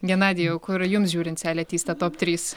genadijau kur jums žiūrint seilė tįsta top trys